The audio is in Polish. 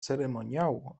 ceremoniału